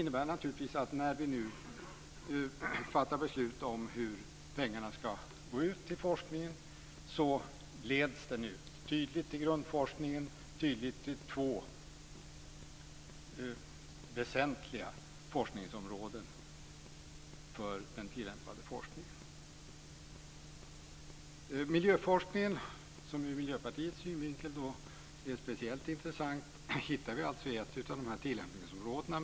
När vi nu fattar beslut om hur pengarna ska gå ut till forskningen leds de tydligt till grundforskningen och till två väsentliga områden för tilllämpad forskning. Miljöforskningen är speciellt intressant ur Miljöpartiets synvinkel. Den hittar vi i ett av tillämpningsområdena.